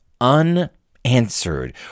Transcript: unanswered